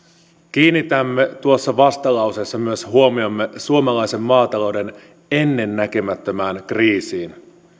kiinnitämme tuossa vastalauseessa huomiomme myös suomalaisen maatalouden ennennäkemättömään kriisiin